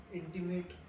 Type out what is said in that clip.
intimate